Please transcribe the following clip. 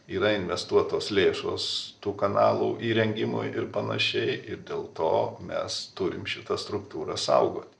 yra investuotos lėšos tų kanalų įrengimui ir panašiai ir dėl to mes turim šitą struktūrą saugoti